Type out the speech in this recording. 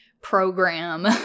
program